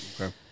Okay